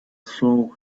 saw